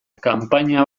kanpaina